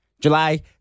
July